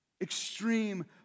Extreme